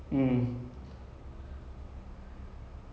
after game of thrones this is like the next series I've been like